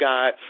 God